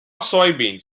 soybeans